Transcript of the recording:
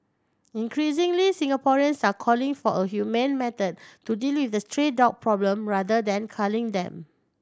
increasingly Singaporeans are calling for a humane method to deal with the stray dog problem rather than culling them